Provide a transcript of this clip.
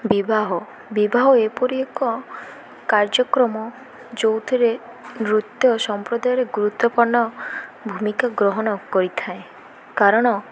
ବିବାହ ବିବାହ ଏପରି ଏକ କାର୍ଯ୍ୟକ୍ରମ ଯେଉଁଥିରେ ନୃତ୍ୟ ସମ୍ପ୍ରଦାୟରେ ଗୁରୁତ୍ୱପୂର୍ଣ୍ଣ ଭୂମିକା ଗ୍ରହଣ କରିଥାଏ କାରଣ